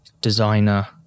designer